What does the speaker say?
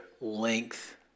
length